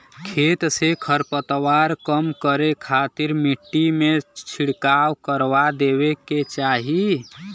खेत से खरपतवार कम करे खातिर मट्टी में छिड़काव करवा देवे के चाही